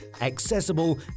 accessible